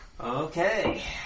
Okay